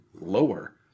lower